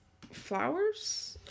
flowers